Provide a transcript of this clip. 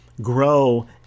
grow